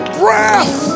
breath